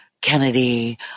Kennedy